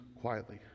quietly